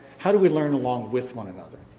how do we learn along with one another?